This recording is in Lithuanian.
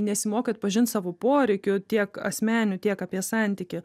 nesimokai atpažint savo poreikių tiek asmeninių tiek apie santykį